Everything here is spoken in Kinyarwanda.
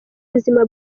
buzima